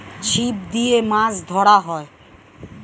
ছিপ দিয়ে মাছ ধরা হয়